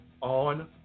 on